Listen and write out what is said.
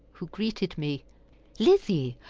who greeted me lizzie,